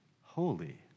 holy